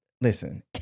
listen